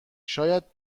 شاید